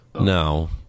No